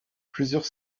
plusieurs